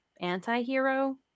anti-hero